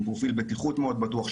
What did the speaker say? עם פרופיל בטיחות מאוד בטוח,